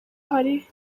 hari